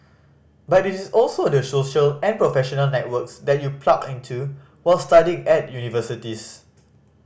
but it is also the social and professional networks that you plug into while studying at universities